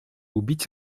убить